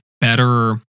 better